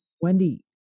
Wendy